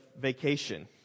vacation